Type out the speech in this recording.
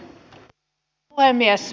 arvoisa puhemies